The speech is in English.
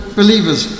believers